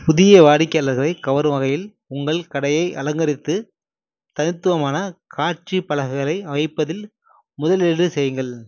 புதிய வாடிக்கையாளர்களை கவரும் வகையில் உங்கள் கடையை அலங்கரித்து தனித்துவமான காட்சிப் பலகைகளை அமைப்பதில் முதலீடு செய்யுங்கள்